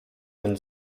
den